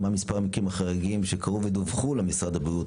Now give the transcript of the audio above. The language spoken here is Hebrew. מה מספר המקרים החריגים שקרו ודווחו למשרד הבריאות,